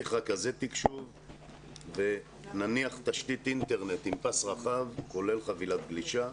נסמיך רכזי תקשוב ונניח תשתית אינטרנט עם פס רחב כולל חבילת גלישה.